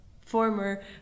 former